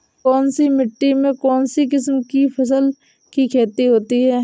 कौनसी मिट्टी में कौनसी किस्म की फसल की खेती होती है?